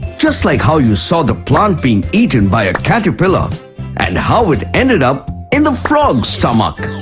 just like how you saw the plant being eaten by a caterpillar and how it ended up in the frog's stomach!